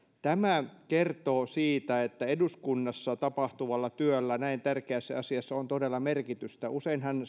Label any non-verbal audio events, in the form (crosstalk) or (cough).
tämä kertoo siitä että eduskunnassa tapahtuvalla työllä näin tärkeässä asiassa on todella merkitystä useinhan (unintelligible)